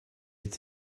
est